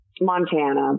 Montana